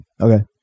Okay